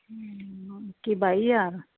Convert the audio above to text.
ਇੱਕੀ ਬਾਈ ਹਜ਼ਾਰ